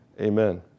Amen